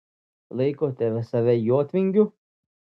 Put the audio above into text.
laikote save jotvingiu